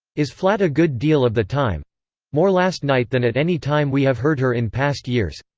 is flat a good deal of the time more last night than at any time we have heard her in past years.